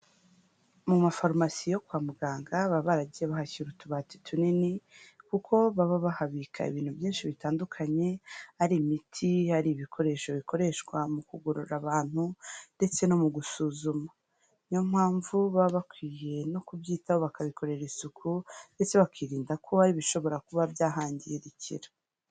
Mu mafarumasi yo kwa muganga, baba baragiye bahashyirara utubati tunini, kuko baba bahabika ibintu byinshi bitandukanye, ari imiti, ari ibikoresho bikoreshwa mu kugorora abantu ndetse no mu gusuzuma. Niyo mpamvu baba bakwiriye no kubyitaho bakabikorera isuku ndetse bakirinda ko hari ibishobora kuba byahangirikira.